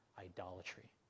idolatry